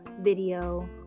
video